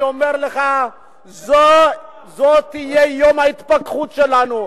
זה יהיה יום ההתפכחות שלנו,